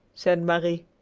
said marie.